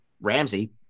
Ramsey